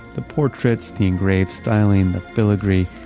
the portraits, the engraved styling, the filigree.